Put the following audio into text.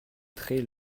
très